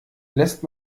lässt